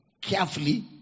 carefully